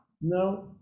No